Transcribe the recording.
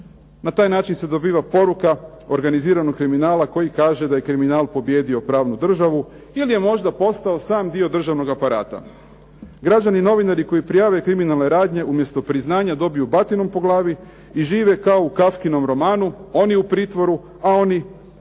na taj način se dobiva poruka organiziranog kriminala koji kaže da je kriminal pobijedio pravnu državu ili je možda postao sam dio državnog aparata. Građani i novinari koji prijave kriminalne radnje umjesto priznanja dobiju batinom po glavi i žive kao u Kafkinom romanu, oni u pritvoru a oni